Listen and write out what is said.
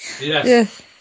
Yes